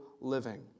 living